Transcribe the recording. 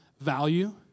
value